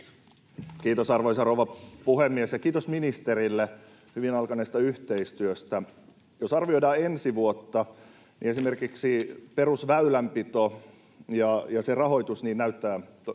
Kiitos, arvoisa rouva puhemies! Ja kiitos ministerille hyvin alkaneesta yhteistyöstä. Jos arvioidaan ensi vuotta, niin esimerkiksi perusväylänpito ja sen rahoitus näyttää